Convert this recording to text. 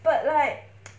but like